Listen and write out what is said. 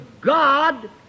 God